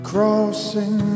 Crossing